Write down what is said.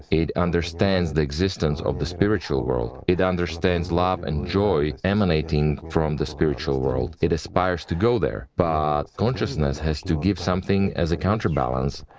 it understands the existence of the spiritual world. it understands love and joy emanating from the spiritual world, it aspires to go there. but consciousness has to give something as a counterbalance,